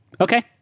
okay